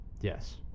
yes